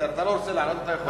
אתה לא רוצה לענות, אתה יכול.